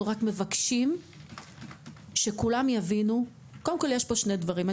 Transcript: אנחנו רק מבקשים שכולם יבינו שקודם כול יש פה שני דברים.